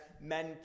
men